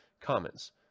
Comments